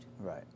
Right